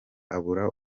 abura